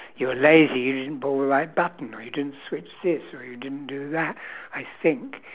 you are lazy you didn't pull the right button or you didn't switch this or you didn't do that I think